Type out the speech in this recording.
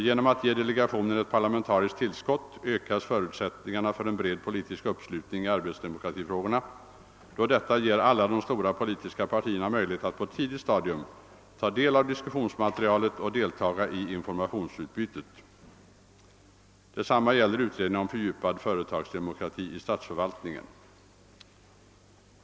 Genom att ge delegationen ett parlamentariskt tillskott ökar man förutsättningarna för en bred politisk uppslutning i arbetsdemokratifrågorna, då detta ger alla de stora politiska partierna möjlighet att på ett tidigt stadium få tillgång till diskussionsmaterialet och delta i informationsutbytet. Detsamma gäller utredningen om fördjupad företagsdemokrati i statsförvaltningen.